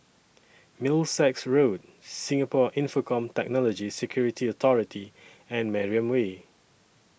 Middlesex Road Singapore Infocomm Technology Security Authority and Mariam Way